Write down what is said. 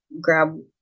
grab